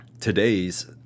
today's